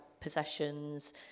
possessions